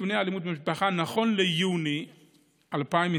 נתוני אלימות למשפחה נכון ליוני 2020: